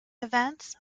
events